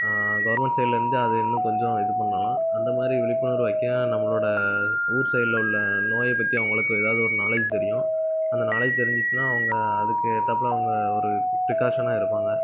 government சைடுலருந்து அது இன்னும் கொஞ்சம் இது பண்ணலாம் அந்த மாதிரி விழிப்புணர்வு வைக்கலாம் நம்மளோட ஊர் சைடடில் உள்ள நோயை பற்றி அவங்களுக்கு எதாவது ஒரு நாலேஜ் தெரியும் அந்த நாலேஜ் தெரிஞ்சிச்சுனா அவங்க அதுக்கு ஏற்றாப்ல அவங்க ஒரு ப்ரிகாசனாக இருப்பாங்க